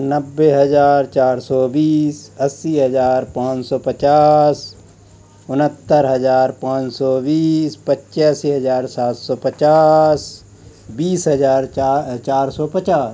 नब्बे हज़ार चार सौ बीस अस्सी हज़ार पाँच सौ पचास उनहत्तर हज़ार पाँच सौ बीस पच्चासी हज़ार सात सौ पचास बीस हज़ार चार सौ पचास